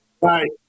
right